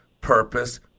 purpose